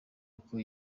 yuko